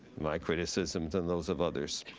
my criticisms and those of others.